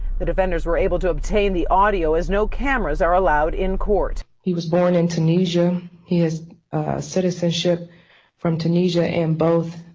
the defenders were able to obtain the audio as no cameras are allowed in court. he was born in tunisia, has citizenship from tunisia and both